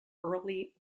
early